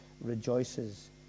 rejoices